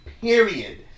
period